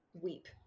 weep